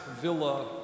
villa